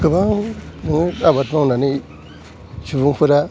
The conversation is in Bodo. गोबां आबाद मावनानै सुबुं फोरा